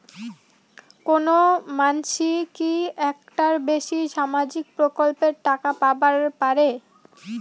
কোনো মানসি কি একটার বেশি সামাজিক প্রকল্পের টাকা পাবার পারে?